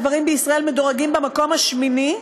גברים בישראל מדורגים במקום השמיני,